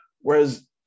whereas